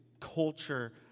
culture